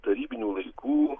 tarybinių laikų